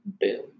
Boom